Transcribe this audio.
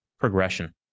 progression